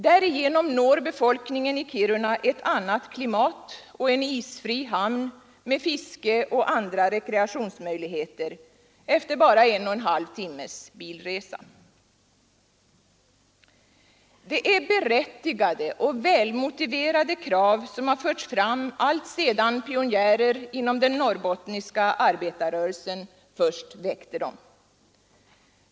Därigenom når befolkningen i Kiruna ett annat klimat och en isfri hamn med fiskeoch andra rekreationsmöjligheter efter bara en och en halv timmes bilresa. Det är berättigade och välmotiverade krav som förts fram alltsedan pionjärer inom den norrbottniska arbetarrörelsen först väckte dem.